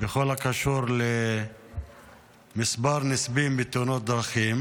בכל הקשור למספר נספים בתאונות דרכים